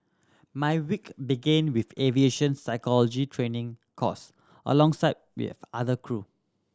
my week began with aviation physiology training course alongside with other crew